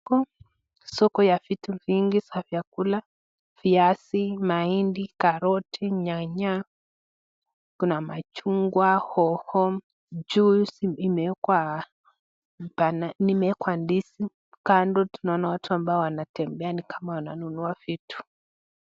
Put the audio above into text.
Soko, soko ya vitu vingi ya vyakula, viazi, mahindi, karoti, nyanya kuna machungwa, hoho, juu imewekwa ndizi, kando tunaona watu ambao wanatembea ni kama wananunua vitu.